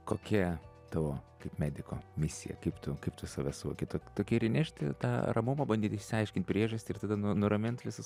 kokia tavo kaip mediko misija kaip tu kaip tu save suvoki to tokia ir įnešti tą ramumą bandyti išsiaiškint priežastį ir tada nu nuramint visus